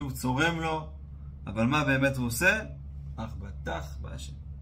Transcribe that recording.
הוא צורם לו, אבל מה באמת הוא עושה? אך בטח באשר...